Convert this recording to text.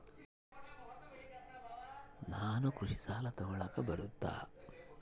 ನಾನು ಕೃಷಿ ಸಾಲ ತಗಳಕ ಬರುತ್ತಾ?